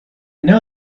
know